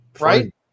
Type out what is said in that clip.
right